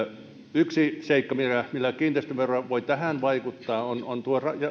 yksi seikka millä kiinteistövero voi tähän vaikuttaa on on